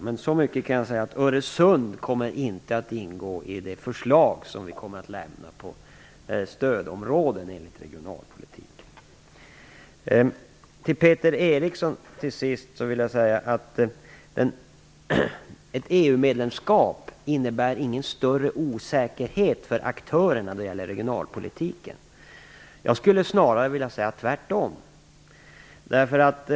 Men så mycket kan jag säga att Öresund kommer inte att ingå i det förslag som vi kommer att lämna på stödområden enligt regionalpolitiken. Låt mig till sist säga till Peter Eriksson att ett EU medlemskap inte innebär någon större osäkerhet för aktörerna när det gäller regionalpolitiken. Jag vill snarare säga att det är tvärtom.